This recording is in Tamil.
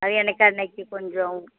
அது எனக்கு அன்றைக்கி கொஞ்சம்